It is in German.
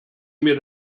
mir